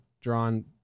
drawn